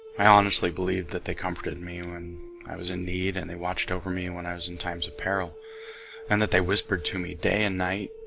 i honestly believe that they comforted me when i was in need and they watched over me when i was in times of peril and that they whispered to me day and night